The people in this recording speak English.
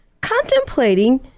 contemplating